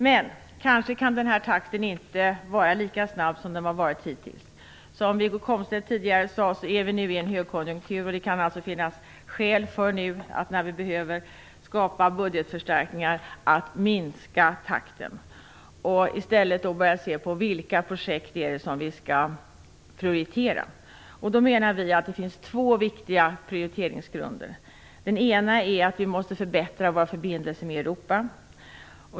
Men kanske kan takten inte vara lika snabb som den har varit hittills. Som Wiggo Komstedt tidigare sade är vi nu i en högkonjunktur. Det kan alltså finnas skäl att när vi nu behöver skapa budgetförstärkningar minska takten och i stället börja se på vilka projekt som vi skall prioritera. Vi menar att det finns två prioriteringsgrunder. Den ena är att vi måste förbättra våra förbindelser med Europa.